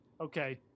Okay